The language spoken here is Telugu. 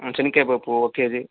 శెనగకాయ పప్పు ఒక కేజీ